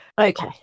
okay